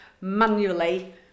manually